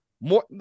more